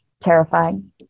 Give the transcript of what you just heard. terrifying